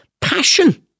passion